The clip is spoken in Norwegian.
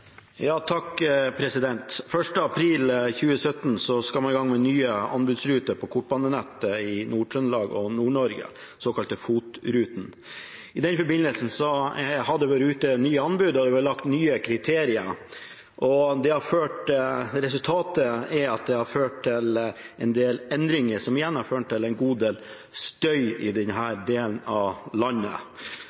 såkalte FOT-rutene. I den forbindelse har det vært lagt ut nye anbud, og det har blitt laget nye kriterier. Resultatet er at det har ført til en del endringer, som igjen har ført til en god del støy i denne delen av landet.